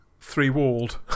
three-walled